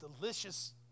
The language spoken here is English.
delicious